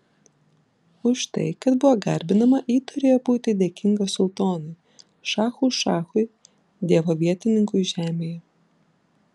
už tai kad buvo garbinama ji turėjo būti dėkinga sultonui šachų šachui dievo vietininkui žemėje